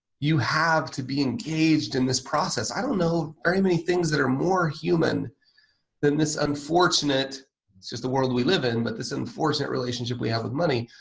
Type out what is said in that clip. you have to be engaged in this process. i don't know very many things that are more human than this unfortunate just the world we live in but this unfortunate relationship we have with money